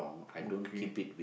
okay